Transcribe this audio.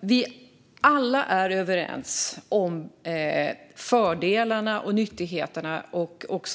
Vi är alla överens om fördelarna och nyttan med